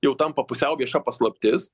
jau tampa pusiau vieša paslaptis